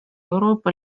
euroopa